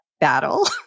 battle